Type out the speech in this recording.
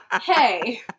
hey